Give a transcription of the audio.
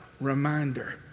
reminder